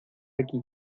aquí